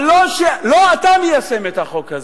אבל לא אתה מיישם את החוק הזה.